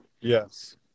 Yes